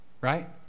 right